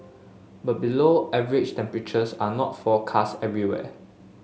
but below average temperatures are not forecast everywhere